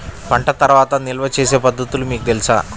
పంట తర్వాత నిల్వ చేసే పద్ధతులు మీకు తెలుసా?